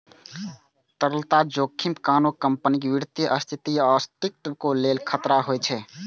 तरलता जोखिम कोनो कंपनीक वित्तीय स्थिति या अस्तित्वक लेल खतरा होइ छै